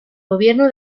gobierno